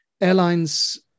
airlines